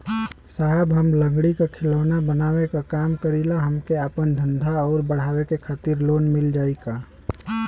साहब हम लंगड़ी क खिलौना बनावे क काम करी ला हमके आपन धंधा अउर बढ़ावे के खातिर लोन मिल जाई का?